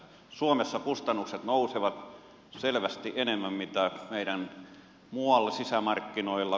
suomessa kustannukset nousevat selvästi enemmän kuin muualla sisämarkkinoilla